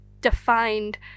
defined